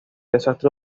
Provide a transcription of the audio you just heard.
desastre